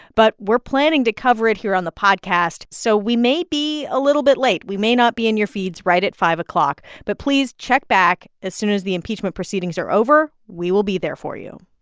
but we're planning to cover it here on the podcast, so we may be a little bit late. we may not be in your feeds right at five o'clock, but please check back as soon as the impeachment proceedings are over. we will be there for you